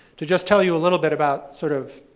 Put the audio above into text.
to just tell you a little bit about, sort of,